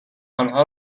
آنها